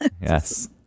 yes